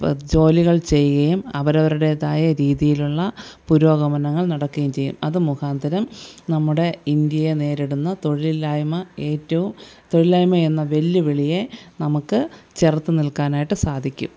പ ജോലികൾ ചെയ്യുകയും അവരവരുടേതായ രീതിയിലുള്ള പുരോഗമനങ്ങൾ നടക്കുകയും ചെയ്യും അത് മുഖാന്തിരം നമ്മുടെ ഇന്ത്യയെ നേരിടുന്ന തൊഴിലില്ലായ്മ ഏറ്റവും തൊഴിലില്ലായ്മ എന്ന വെല്ലുവിളിയെ നമുക്ക് ചെറുത്തുനിൽക്കാനായിട്ട് സാധിക്കും